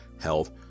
health